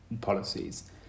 policies